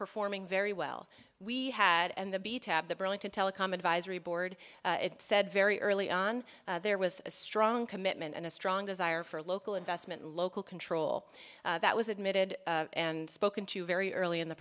performing very well we had and the b tab the burlington telecom advisory board said very early on there was a strong commitment and a strong desire for local investment local control that was admitted and spoken to very early in the